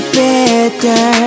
better